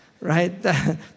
right